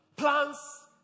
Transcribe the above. Plans